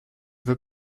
veux